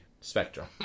Spectrum